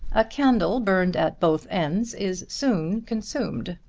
a candle burned at both ends is soon consumed.